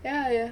ya ya